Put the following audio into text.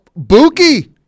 Buki